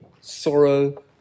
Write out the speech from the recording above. sorrow